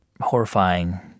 horrifying